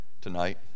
tonight